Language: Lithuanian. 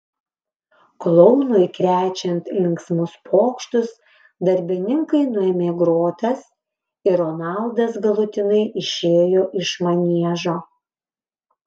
klounui krečiant linksmus pokštus darbininkai nuėmė grotas ir ronaldas galutinai išėjo iš maniežo